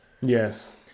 Yes